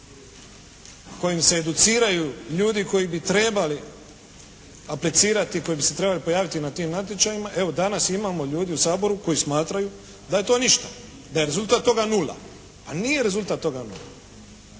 kojim se educiraju ljudi koji bi trebali aplicirati i koji bi se trebali pojaviti na tim natječajima, evo danas imamo ljude u Saboru koji smatraju da je to ništa, da je rezultat toga nula. Pa nije rezultat toga nula.